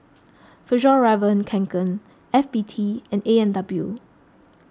Fjallraven Kanken F B T and A and W